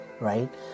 right